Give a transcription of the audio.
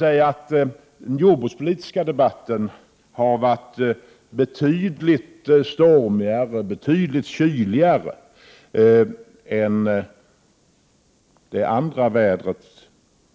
Samtidigt har den jordbrukspolitiska debatten varit betydligt stormigare och kyligare än det milda vårvädret.